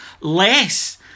less